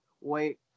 wait